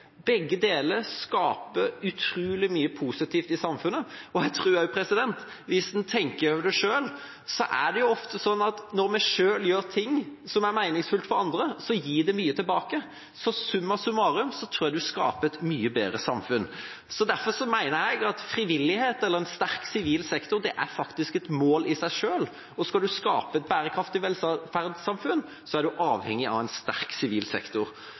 Begge deler skaper utrolig mye positivt i samfunnet. Jeg tror også det ofte er sånn – hvis en tenker over det selv – at når vi gjør ting som er meningsfullt for andre, gir det mye tilbake, så summa summarum tror jeg en skaper et mye bedre samfunn. Derfor mener jeg at frivillighet, eller en sterk sivil sektor, faktisk er et mål i seg selv, og skal en skape et bærekraftig velferdssamfunn, er en avhengig av en sterk sivil sektor.